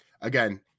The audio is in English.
Again